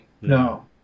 No